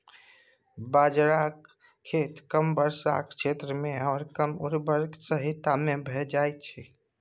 बाजराक खेती कम वर्षाक क्षेत्रमे आओर कम उर्वरकक सहायता सँ भए जाइत छै